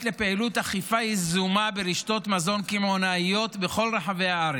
לפעילות אכיפה יזומה ברשתות מזון קמעונאיות בכל רחבי הארץ.